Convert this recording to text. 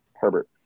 Herbert